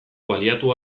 baliatu